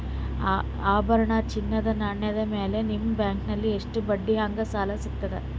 ಆಭರಣ, ಚಿನ್ನದ ನಾಣ್ಯ ಮೇಲ್ ನಿಮ್ಮ ಬ್ಯಾಂಕಲ್ಲಿ ಎಷ್ಟ ಬಡ್ಡಿ ಹಂಗ ಸಾಲ ಸಿಗತದ?